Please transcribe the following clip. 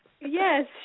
yes